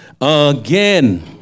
Again